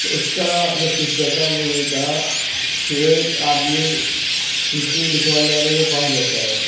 تو اس کا جو کصہ تھا وہ یہ تھا کہ ایک آدمی کسی لکھوانے والے کے پاس جاتا ہے